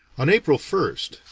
on april first,